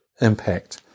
impact